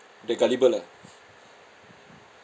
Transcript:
that gullible ah